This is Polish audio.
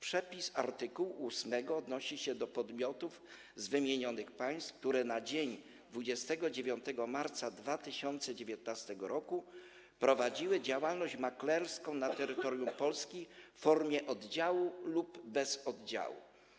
Przepis art. 8 odnosi się do podmiotów z wymienionych państw, które na dzień 29 marca 2019 r. będą prowadziły działalność maklerską na terytorium Polski w formie oddziału lub bez oddziału.